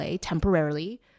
temporarily